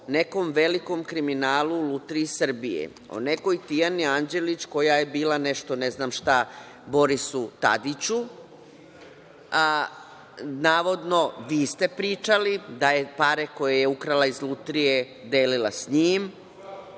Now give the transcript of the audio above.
o nekom velikom kriminalu o lutriji Srbije, o nekoj Tijani Anđelić koja je bila nešto, ne znam šta Borisu Tadiću, navodno, vi ste pričali da pare koje je ukrala iz lutrije delila sa njim.